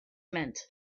meant